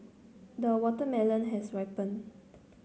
the watermelon has ripened